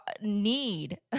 need